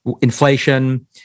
inflation